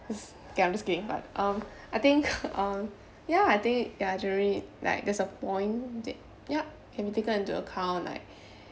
ya I'm just kidding but um I think uh ya I think ya generally like there's a point that ya can be taken into account like